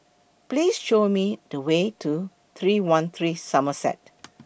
Please Show Me The Way to three one three Somerset